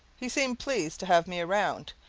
he seemed pleased to have me around,